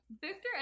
Victor